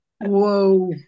Whoa